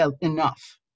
enough